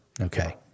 Okay